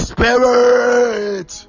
Spirit